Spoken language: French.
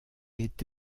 est